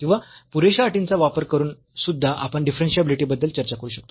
किंवा पुरेशा अटींचा वापर करून सुद्धा आपण डिफरन्शियाबिलिटी बद्दल चर्चा करू शकतो